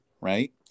right